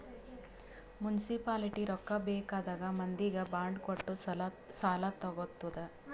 municipality ರೊಕ್ಕಾ ಬೇಕ್ ಆದಾಗ್ ಮಂದಿಗ್ ಬಾಂಡ್ ಕೊಟ್ಟು ಸಾಲಾ ತಗೊತ್ತುದ್